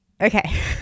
Okay